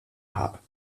hop